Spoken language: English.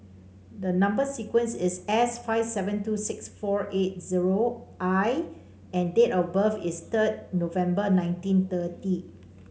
the number sequence is S five seven two six four eight zero I and date of birth is third November nineteen thirty